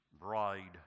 bride